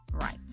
right